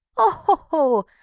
oh!